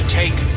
take